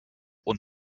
und